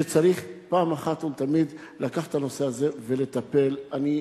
וצריך פעם אחת ולתמיד לקחת את הנושא הזה ולטפל בו.